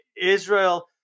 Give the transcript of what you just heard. Israel